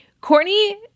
Courtney